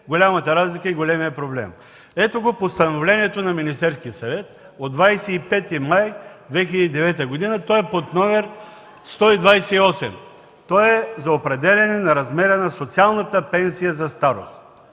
голямата разлика и големия проблем. Ето го постановлението на Министерския съвет от 25 май 2009 г. То е под № 128, за определяне на размера на социалната пенсия за старост.